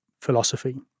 philosophy